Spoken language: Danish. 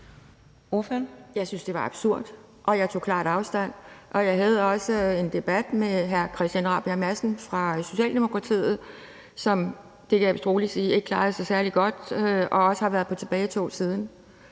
Jeg synes, det var absurd, og jeg tog klart afstand. Jeg havde også en debat med hr. Christian Rabjerg Madsen fra Socialdemokratiet, som – det kan jeg vist roligt sige – ikke klarede sig særlig godt og også har været på tilbagetog siden.